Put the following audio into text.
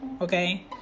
Okay